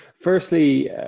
firstly